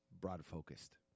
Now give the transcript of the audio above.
broad-focused